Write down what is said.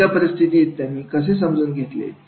कोणत्या परिस्थितीला त्यांनी कसे समजून घेतले